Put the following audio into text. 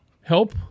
help